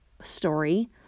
story